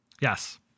Yes